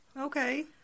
okay